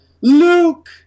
Luke